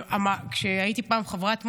כשהייתי פעם חברת מועצה,